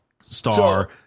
star